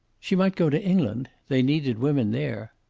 she might go to england. they needed women there.